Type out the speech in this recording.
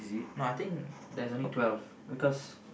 no I think there's only twelve because